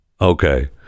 Okay